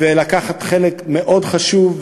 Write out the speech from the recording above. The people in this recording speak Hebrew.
ולקחת חלק מאוד חשוב,